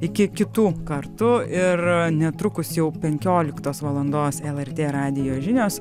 iki kitų kartu ir netrukus jau penkioliktos valandos lrt radijo žinios